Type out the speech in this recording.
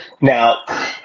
now